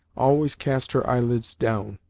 always cast her eyelids down,